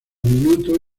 minuto